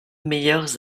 meilleures